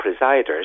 presiders